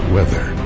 weather